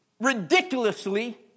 Ridiculously